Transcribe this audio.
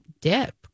dip